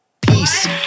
Peace